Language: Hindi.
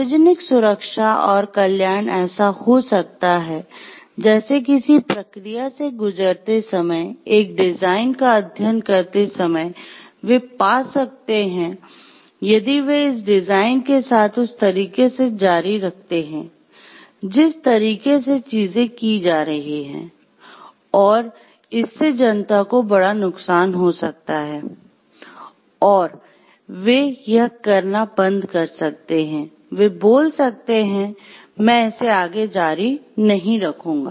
सार्वजनिक सुरक्षा और कल्याण ऐसा हो सकता है जैसे किसी प्रक्रिया से गुजरते समय एक डिजाइन का अध्ययन करते समय वे पा सकते हैं यदि वे इस डिजाइन के साथ उस तरीके से जारी रखते हैं जिस तरीके से चीजें की जा रही हैं और इससे जनता को बड़ा नुकसान हो सकता है और वे यह करना बंद कर सकते हैं वे बोल सकते हैं मैं इसे आगे जारी नहीं रखूंगा